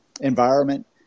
environment